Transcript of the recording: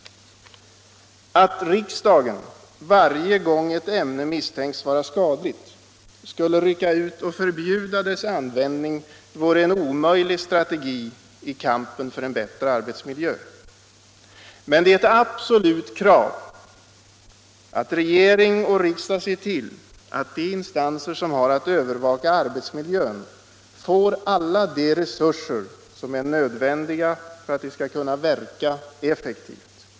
Att riksdagen varje gång ett ämne misstänks vara skadligt skulle rycka ut och förbjuda dess användning vore en omöjlig strategi i kampen för en bättre arbetsmiljö. Men det är ett absolut krav att regering och riksdag ser till att de instanser som har att övervaka arbetsmiljön får alla de resurser som är nödvändiga för att de skall kunna verka effektivt.